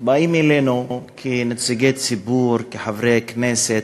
באים אלינו כנציגי ציבור, כחברי כנסת,